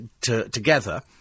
together